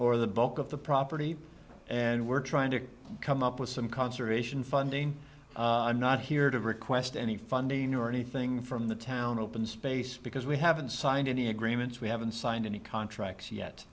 or the bulk of the property and we're trying to come up with some conservation funding i'm not here to request any funding or anything from the town open space because we haven't signed any agreements we haven't signed any contracts yet